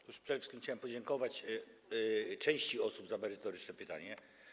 Otóż przede wszystkim chciałem podziękować części osób za merytoryczne pytania.